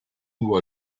hubo